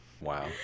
Wow